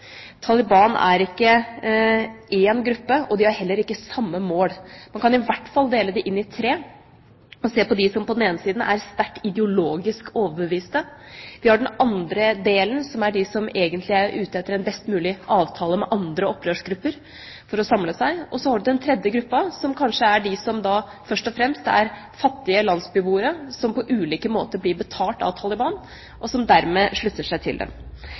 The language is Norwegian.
Taliban er ikke én gruppe, og de har heller ikke samme mål – man kan i hvert fall dele det inn i tre. På den ene siden er det de som er sterkt ideologisk overbevist. Den andre gruppen er de som egentlig er ute etter en best mulig avtale med andre opprørsgrupper for å samle seg. Og så har vi den tredje gruppen, som kanskje er de som først og fremst er fattige landsbyboere som på ulike måter blir betalt av Taliban, og som dermed slutter seg til dem.